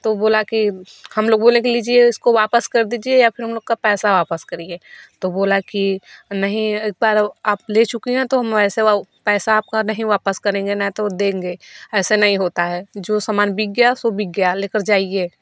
तो बोला कि हम लोग बोले लीजिए इसको वापस कर दीजिये या फिर हम लोग का पैसा वापस करिए तो बोला की नहीं एक बार आप ले चुकी हैं तो ऐसे पैसा आपका नहीं वापस करेंगे न तो देंगे ऐसा नहीं होता है जो सामान बिक गया सो बिक गया ले कर जाइये